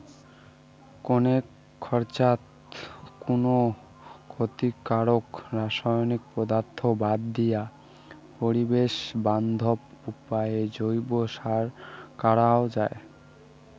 কণেক খরচাত কুনো ক্ষতিকারক রাসায়নিক পদার্থ বাদ দিয়া পরিবেশ বান্ধব উপায় জৈব সার করাং যাই